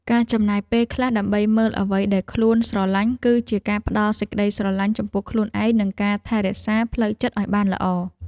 ការចំណាយពេលខ្លះដើម្បីមើលអ្វីដែលខ្លួនស្រឡាញ់គឺជាការផ្ដល់សេចក្តីស្រឡាញ់ចំពោះខ្លួនឯងនិងការថែរក្សាផ្លូវចិត្តឱ្យបានល្អ។